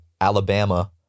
Alabama